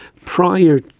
prior